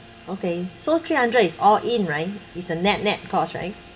okay so three hundred is all in right it's a net net cost right